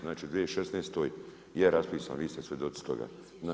Znači u 2016. je raspisano, vi ste svjedoci toga.